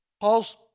paul's